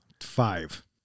Five